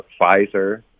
Pfizer